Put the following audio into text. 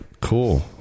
Cool